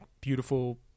beautiful